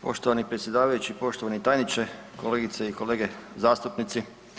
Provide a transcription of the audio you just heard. Poštovani predsjedavajući, poštovani tajniče, kolegice i kolege zastupnici.